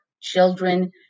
children